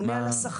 הממונה על השכר.